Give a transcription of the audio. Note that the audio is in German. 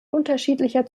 unterschiedlicher